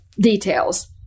details